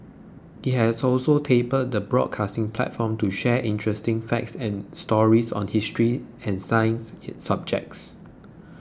it has also tapped the broadcasting platform to share interesting facts and stories on history and science subjects